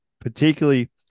particularly